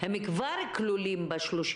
הם כבר כלולים ב-30%.